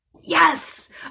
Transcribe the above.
Yes